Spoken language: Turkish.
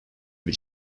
bir